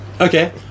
Okay